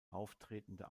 auftretender